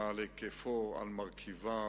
על היקפו, על מרכיביו,